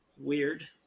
weird